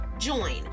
join